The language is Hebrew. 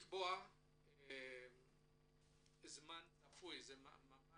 יש לקבוע זמן צפוי לפניות.